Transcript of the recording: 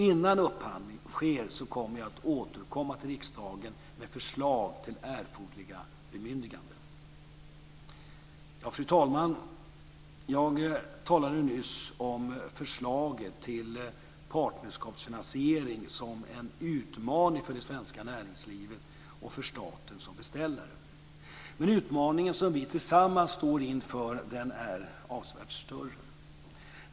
Innan upphandling sker återkommer jag till riksdagen med förslag till erforderliga bemyndiganden. Fru talman! Jag talade nyss om förslaget till partnerskapsfinansiering som en utmaning för det svenska näringslivet och för staten som beställare. Men den utmaning som vi tillsammans står inför är avsevärt större.